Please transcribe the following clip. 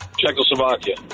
Czechoslovakia